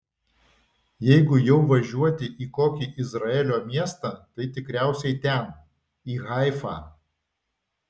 jeigu jau važiuoti į kokį izraelio miestą tai tikriausiai ten į haifą